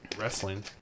wrestling